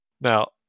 Now